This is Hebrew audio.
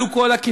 כלו כל הקצים.